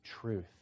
Truth